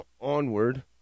onward